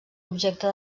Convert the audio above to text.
objecte